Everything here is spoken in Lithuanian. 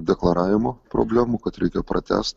deklaravimo problemų kad reikia pratęst